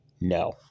no